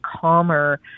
calmer